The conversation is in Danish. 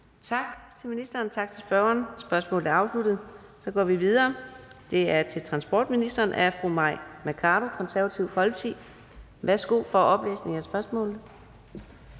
Tak til ministeren, og tak til spørgeren. Spørgsmålet er afsluttet. Så går vi videre. Det er et spørgsmål til transportministeren af fru Mai Mercado, Det Konservative Folkeparti. Kl. 13:26 Spm. nr.